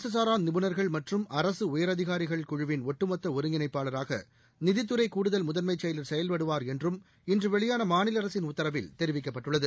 அரசு சாரா நிபுணர்கள் மற்றும் அரசு உயரதிகாரிகள் குழுவின் ஒட்டுமொத்த ஒருங்கிணைப்பளாராக நிதித்துறை கூடுதல் முதன்மைச் செயல் செயல்படுவார் என்றும் இன்று வெளியான மாநில அரசின் உத்தரவில் தெரிவிக்கப்பட்டுள்ளது